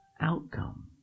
outcome